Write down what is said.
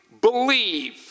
believe